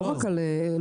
לא רק על החומרה.